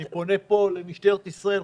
אני פונה פה למשטרת ישראל,